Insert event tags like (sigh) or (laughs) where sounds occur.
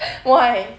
(laughs) why